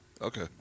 Okay